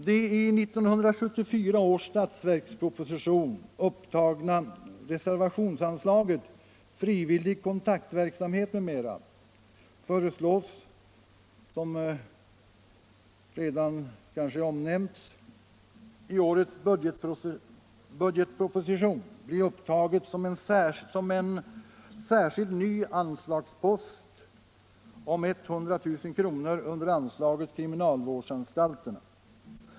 Det i 1974 års statsverksproposition upptagna reservationsanslaget Frivillig kontaktverksamhet m.m. föreslås, som tidigare har framhållits, i årets budgetproposition bli upptaget som en särskild ny anslagspost om 100 000 kr. under anslaget Kriminalvårdsanstalterna.